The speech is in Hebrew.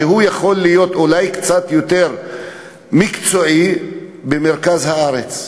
שיכול להיות אולי קצת יותר מקצועי במרכז הארץ.